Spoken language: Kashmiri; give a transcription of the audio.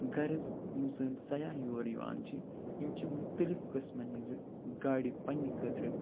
غرض یِم سٲنۍ سیاح یور یِوان چھِ یِم چھِ مختلِف قسمَن ہٕنٛزٕ گاڑِ پَنٛنہِ خٲطرٕ